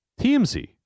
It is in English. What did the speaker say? TMZ